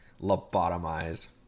lobotomized